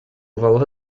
valor